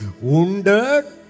Wounded